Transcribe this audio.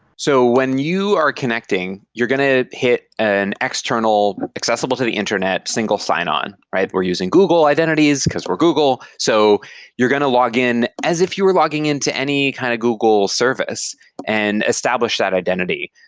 so when you are connecting, you're going to hit an external, accessible to the internet, single sign-on. we're using google identities, because we're google, so you're going to login as if you are logging in to any kind of google service and establish that identity,